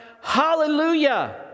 Hallelujah